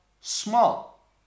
small